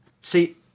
see